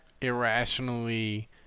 irrationally